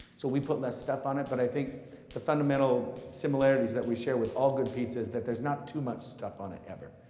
so we put less stuff on it, but i think the fundamental similarities that we share with all good pizzas is that there's not too much stuff on it ever.